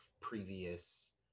previous